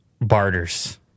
barters